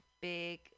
big